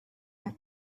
and